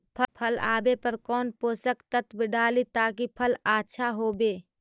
फल आबे पर कौन पोषक तत्ब डाली ताकि फल आछा होबे?